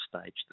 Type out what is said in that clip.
stage